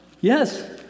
Yes